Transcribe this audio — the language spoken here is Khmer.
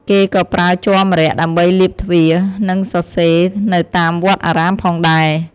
គេក៏ប្រើជ័រម្រ័ក្សណ៍ដើម្បីលាបទ្វារ និងសរសេរនៅតាមវត្តអារាមផងដែរ។